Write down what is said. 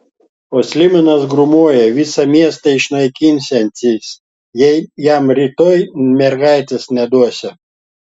o slibinas grūmoja visą miestą išnaikinsiantis jei jam rytoj mergaitės neduosią